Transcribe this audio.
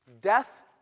Death